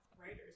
writers